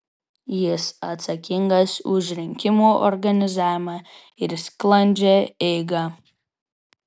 jis atsakingas už rinkimų organizavimą ir sklandžią eigą